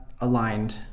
aligned